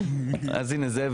אז הנה, זאב